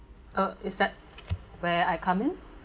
uh is that where I come in